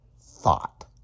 thought